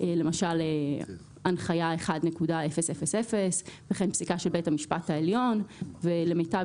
למשל הנחיה 1.000 וכן פסיקה של בית המשפט העליון ולמיטב